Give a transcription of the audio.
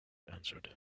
answered